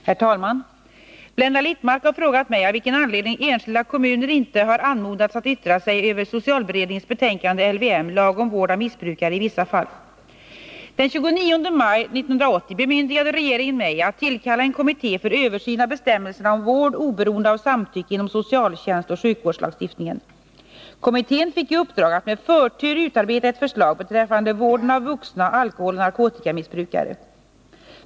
Herr talman! Blenda Littmarck har frågat mig av vilken anledning enskilda kommuner inte har anmodats att yttra sig över socialberedningens betänkande LVM — Lag om vård av missbrukare i vissa fall . Den 29 maj 1980 bemyndigade regeringen mig att tillkalla en kommitté för översyn av bestämmelserna om vård oberoende av samtycke inom socialtjänstoch sjukvårdslagstiftningen. Kommittén fick i uppdrag att med förtur utarbeta ett förslag beträffande vården av vuxna alkoholoch narkotikamissbrukare.